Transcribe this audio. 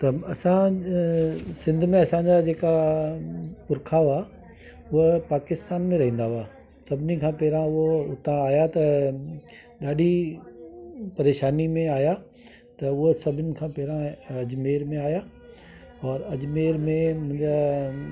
त असां अ सिंध में असांजा जेका पुरखा हुआ उअ पाकिस्तान में रहंदा हुआ सभिनी खां पहिरियां हो उता आया त ॾाढी परेशानी में आया त उअ सभिनि खां पहिरियां अजमेर में आया और अजमेर में मुंहिंजा